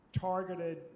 targeted